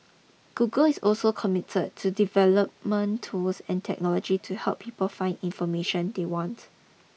Google is also committer to development tools and technology to help people find information they want